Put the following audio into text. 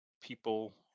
people